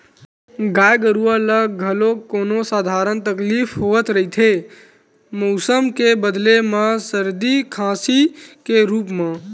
गाय गरूवा ल घलोक कोनो सधारन तकलीफ होवत रहिथे मउसम के बदले म सरदी, खांसी के रुप म